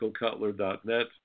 michaelcutler.net